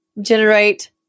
generate